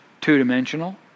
two-dimensional